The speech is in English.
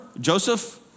Joseph